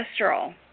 cholesterol